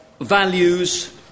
values